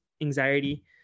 anxiety